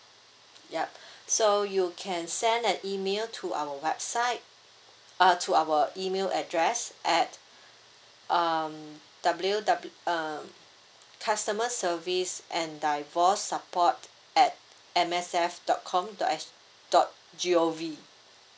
yup so you can send an email to our website uh to our email address at um W W uh customer service and divorce support at M S F dot com dot S dot G O V